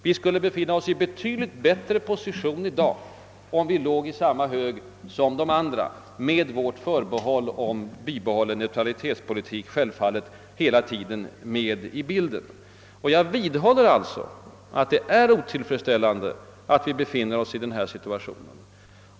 Vi skulle befinna oss i en betydligt bättre position i dag, om vår ansökan låg i samma fack som de andra ländernas — hela tiden givetvis med vårt neutralitetsförbehåll med i bilden. Jag vidhåller alltså att det är otillfredsställande att vi befinner oss i denna situation.